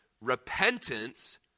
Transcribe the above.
repentance